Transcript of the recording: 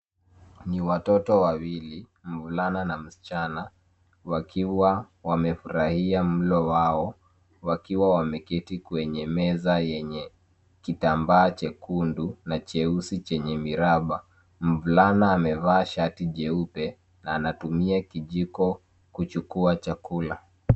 Ni watoto wawili, mvulana na msichana wakiwa wamefurahia mlo wao wakiwa wameketi kwenye meza yenye kitambaa chekundu na cheusi chenye miraba. Mvulana amevaa shati jeupe na anatumia kijiko kuchukua chakula.